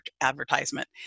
advertisement